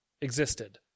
existed